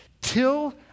till